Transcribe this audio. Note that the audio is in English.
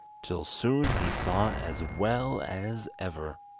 till soon he saw as well as ever.